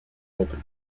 open